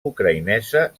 ucraïnesa